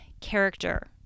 character